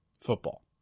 football